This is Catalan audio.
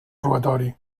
robatori